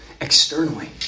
externally